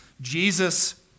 Jesus